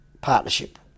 partnership